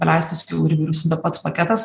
paleistas jau ir į vyriausybę pats paketas